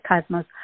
cosmos